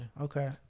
Okay